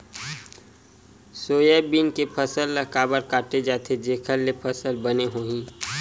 Soybean के फसल ल काबर काटे जाथे जेखर ले फसल बने होही?